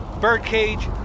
Birdcage